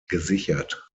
gesichert